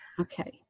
okay